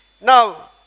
Now